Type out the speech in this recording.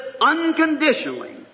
unconditionally